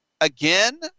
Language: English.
Again